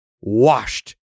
washed